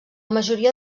majoria